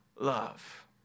love